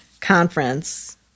conference